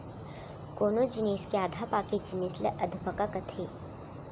कोनो जिनिस के आधा पाके जिनिस ल अधपका कथें